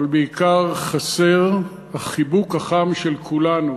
אבל בעיקר חסר החיבוק החם של כולנו,